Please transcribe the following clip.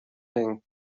thing